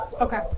Okay